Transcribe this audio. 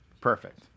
Perfect